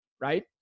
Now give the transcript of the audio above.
Right